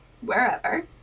wherever